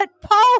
Paul